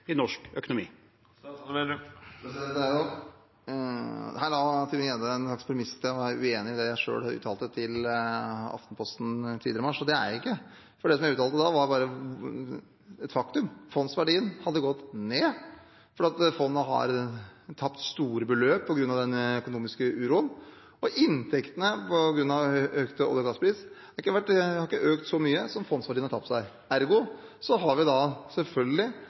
i norsk økonomi? Her har representanten Tybring-Gjedde et slags premiss om at jeg er uenig i det jeg selv uttalte til Aftenposten tidligere i mars, men det er jeg ikke. Det som jeg uttalte da, var et faktum – fondsverdien hadde gått ned, for fondet har tapt store beløp på grunn av den økonomiske uroen. Inntektene på grunn av økte olje- og gasspriser har ikke økt så mye som fondsverdien har tapt seg. Ergo har vi selvfølgelig